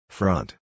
Front